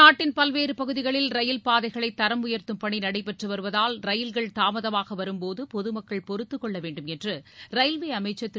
நாட்டின் பல்வேறு பகுதிகளில் ரயில் பாதைகளை தரம் உயர்த்தும் பணி நடைபெற்று வருவதால் ரயில்கள் தாமதமாக வரும்போது பொதுமக்கள் பொறுத்துக் கொள்ள வேண்டுமென்று ரயில்வே அமைச்சர் திரு